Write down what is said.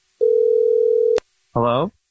Hello